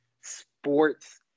sports